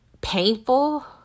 painful